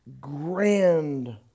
grand